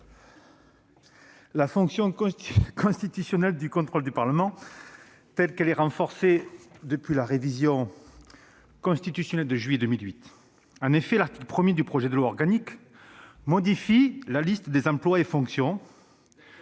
la fonction constitutionnelle de contrôle du Parlement, telle qu'elle est renforcée depuis la révision constitutionnelle de juillet 2008. En effet, l'article premier du projet de loi organique modifie la liste des emplois et fonctions